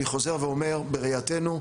אני חוזר ואומר שבראייתנו,